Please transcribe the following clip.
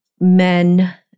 men